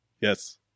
Yes